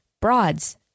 broads